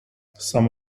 some